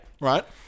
Right